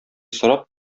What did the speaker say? сорап